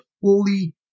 fully